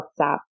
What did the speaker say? WhatsApp